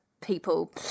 people